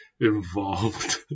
involved